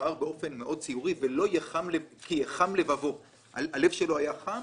מתואר באופן מאוד ציור שהסיבה היא "כי יחם לבבו" הלב שלו היה חם